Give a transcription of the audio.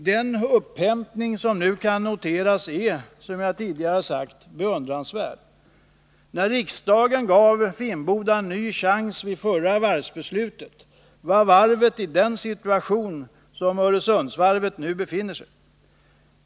Den upphämtning som nu kan noteras är, som jag tidigare har sagt, beundransvärd. När riksdagen gav Finnboda en ny chans vid förra varvsbeslutet, var varvet i den situation som Öresundsvarvet nu befinner sig i.